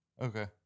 Okay